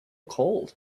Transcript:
cold